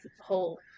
whole